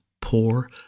poor